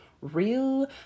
real